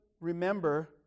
remember